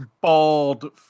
bald